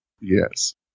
Yes